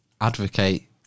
advocate